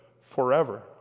forever